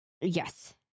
yes